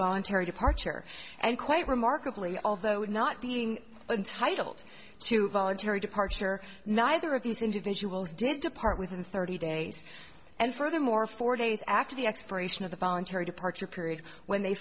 voluntary departure and quite remarkably although not being entitled to voluntary departure neither of these individuals did depart within thirty days and furthermore four days after the expiration of the voluntary departure period when they